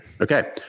Okay